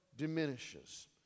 diminishes